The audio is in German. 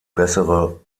bessere